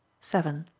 seven.